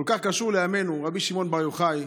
כל כך קשור לימינו: רבי שמעון בר יוחאי,